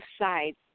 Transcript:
sides